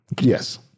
Yes